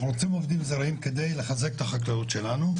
אנחנו רוצים עובדים זרים כדי לחזק את החקלאות שלנו,